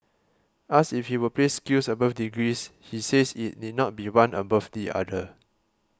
asked if he would place skills above degrees he says it need not be one above the other